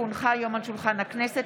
כי הונחה היום על שולחן הכנסת,